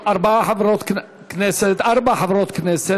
אנשים רוצים למכור את הדירות שלהם ולא מוכרים את